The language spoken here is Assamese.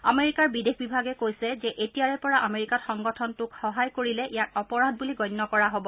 আমেৰিকাৰ বিদেশ বিভাগে কৈছে যে এতিয়াৰে পৰা আমেৰিকাত সংগঠনটোক সহায় কৰিলে ইয়াক অপৰাধ বুলি গণ্য কৰা হ'ব